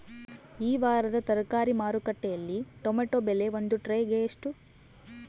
ಈ ವಾರದ ತರಕಾರಿ ಮಾರುಕಟ್ಟೆಯಲ್ಲಿ ಟೊಮೆಟೊ ಬೆಲೆ ಒಂದು ಟ್ರೈ ಗೆ ಎಷ್ಟು?